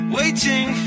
waiting